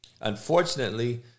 Unfortunately